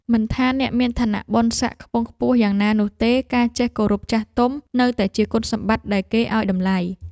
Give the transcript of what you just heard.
មិនថាអ្នកមានឋានៈបុណ្យសក្តិខ្ពង់ខ្ពស់យ៉ាងណានោះទេការចេះគោរពចាស់ទុំនៅតែជាគុណសម្បត្តិដែលគេឱ្យតម្លៃ។